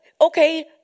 okay